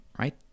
Right